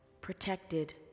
protected